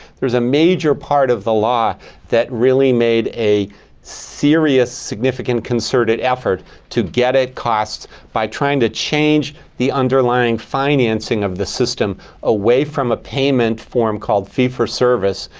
there is a major part of the law that really made a serious, significant concerted effort to get it costs by trying to change the underlying financing of the system away from a payment form called fee for service,